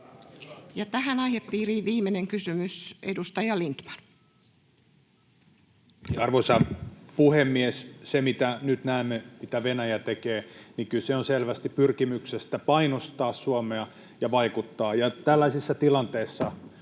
Tähän aihepiiriin viimeinen kysymys, edustaja Lindtman. Arvoisa puhemies! Siinä, mitä nyt näemme, että Venäjä tekee, kyse on selvästi pyrkimyksestä painostaa Suomea ja vaikuttaa, ja tällaisessa tilanteessa